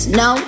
no